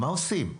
מה עושים?